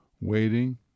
Waiting